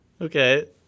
Okay